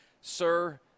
Sir